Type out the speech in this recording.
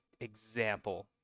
example